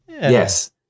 Yes